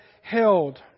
held